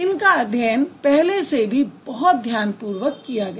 इनका अध्ययन पहले से भी बहुत ध्यान पूर्वक किया गया